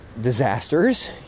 disasters